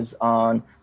on